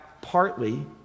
partly